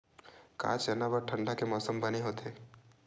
का चना बर ठंडा के मौसम बने होथे?